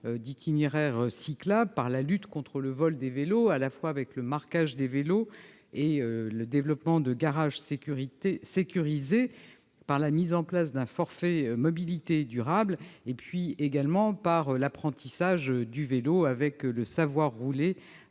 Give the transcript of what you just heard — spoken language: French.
d'itinéraires cyclables, par la lutte contre le vol des vélos- avec le marquage des vélos et le développement de garages sécurités-, par la mise en place d'un forfait mobilité durable et par l'apprentissage du vélo- à travers le